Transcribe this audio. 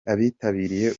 abitabiriye